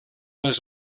les